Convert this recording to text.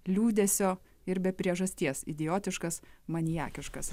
liūdesio ir be priežasties idiotiškas maniakiškas